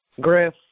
Griff